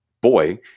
boy